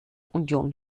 union